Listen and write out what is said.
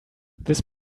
this